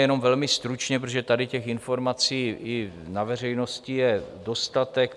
Jenom velmi stručně, protože tady těch informací i na veřejnosti je dostatek.